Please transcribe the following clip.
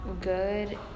good